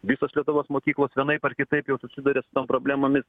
visos lietuvos mokyklos vienaip ar kitaip jau susidurias problemomi